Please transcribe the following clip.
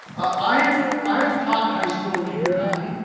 i i have taught high school and junior high.